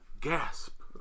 Gasp